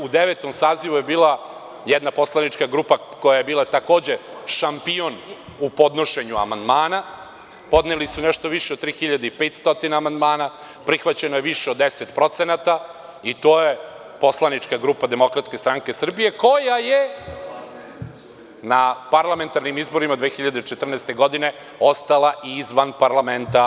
U devetom sazivu je bila jedna poslanička grupa koja je bila takođe šampion u podnošenju amandmana, podneli su nešto više od 3.500 amandmana, prihvaćeno je više od 10% i to je poslanička grupa Demokratske stranke Srbije, koja je na parlamentarnim izborima 2014. godine ostala izvan parlamenta.